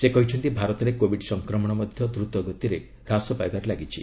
ସେ କହିଛନ୍ତି ଭାରତରେ କୋବିଡ୍ ସଂକ୍ରମଣ ମଧ୍ୟ ଦ୍ରତଗତିରେ ହ୍ରାସ ପାଇବାରେ ଲାଗିଛି